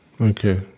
Okay